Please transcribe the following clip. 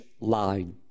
line